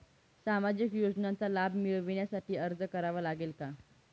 सामाजिक योजनांचा लाभ मिळविण्यासाठी अर्ज करावा लागेल का?